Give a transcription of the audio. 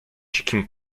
dzikim